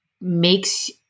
makes